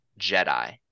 Jedi